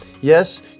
Yes